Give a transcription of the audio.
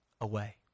away